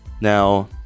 Now